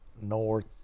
North